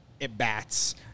at-bats